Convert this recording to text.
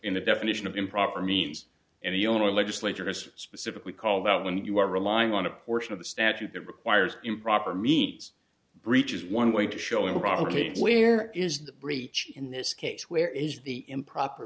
in the definition of improper means and the owner legislature has specifically called out when you are relying on a portion of the statute that requires improper means breach is one way to show in iraq ok where is the breach in this case where is the improper